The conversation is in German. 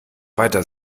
weiter